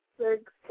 six